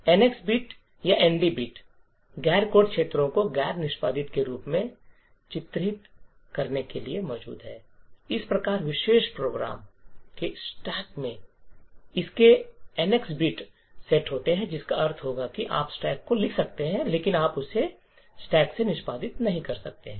NX bit या ND bit गैर code क्षेत्रों को गैर निष्पादित के रूप में चिह्नित करने के लिए मौजूद है इस प्रकार विशेष प्रोग्राम के स्टैक में इसके एनएक्स बिट सेट होंगे जिसका अर्थ होगा कि आप स्टैक को लिख सकते हैं लेकिन आप उस स्टैक से निष्पादित नहीं कर सकते हैं